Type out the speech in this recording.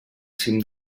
cim